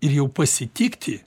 ir jau pasitikti